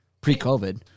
pre-COVID